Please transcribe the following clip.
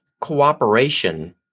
cooperation